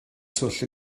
twll